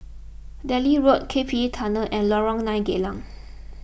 Delhi Road K P E Tunnel and Lorong nine Geylang